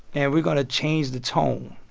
and we're going to change the tone.